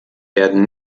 werden